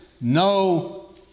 no